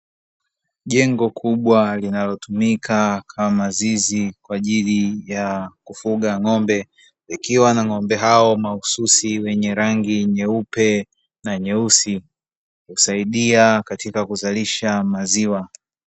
Jengo kubwa linalotumika kama zizi kwa ajili ya kufugia ng'ombe, likiwa na ng'ombe hao mahususi wenye rangi nyeupe na nyeusi husaidia katika kuzalisha maziwa.